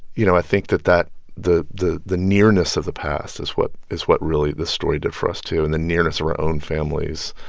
you know, i think that that the the nearness of the past is what is what really the story did for us, too, and the nearness are our own families'